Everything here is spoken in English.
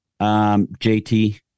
JT